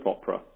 opera